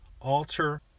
alter